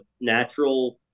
natural